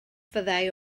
fyddai